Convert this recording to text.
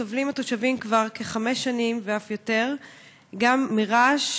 סובלים התושבים כבר כחמש שנים ואף יותר גם מרעש.